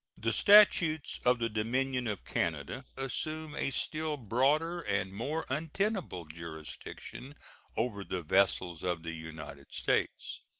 the statutes of the dominion of canada assume a still broader and more untenable jurisdiction over the vessels of the united states.